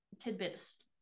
tidbits